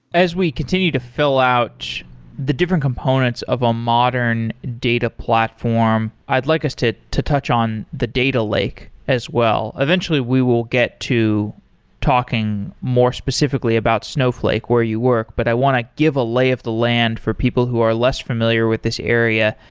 as we continue to fill out the different components of a modern data platform, i'd like us to to touch on the data lake as well. eventually, we will get to talking more specifically about snowflake, where you work. but i want to give a lay of the land for people who are less familiar with this area.